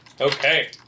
Okay